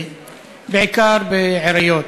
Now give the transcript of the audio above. בעיקר בעיריות,